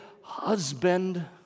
husband